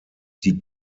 die